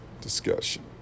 discussion